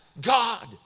God